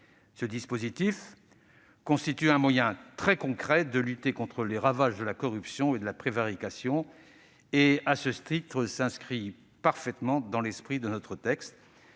Ce dispositif constitue un moyen très concret de lutter contre les ravages de la corruption et de la prévarication. À ce titre, il s'inscrit parfaitement dans l'esprit de notre texte.